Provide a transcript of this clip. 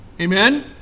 Amen